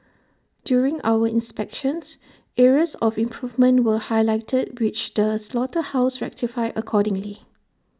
during our inspections areas of improvement were highlighted which the slaughterhouse rectified accordingly